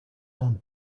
owned